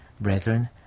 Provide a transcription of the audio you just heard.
Brethren